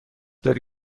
داری